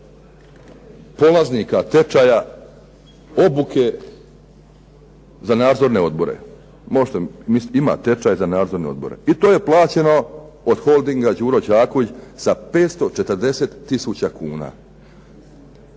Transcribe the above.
I to je plaćeno od holdinga "Đuro Đaković" sa 540 tisuća kuna.